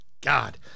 God